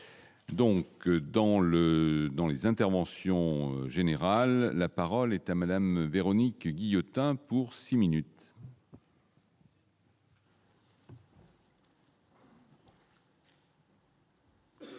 le dans les interventions générales, la parole est à madame Véronique Guillotin, pour 6 minutes.